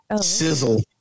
sizzle